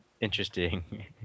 interesting